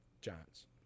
Giants